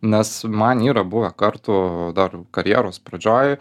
nes man yra buvę kartų dar karjeros pradžioj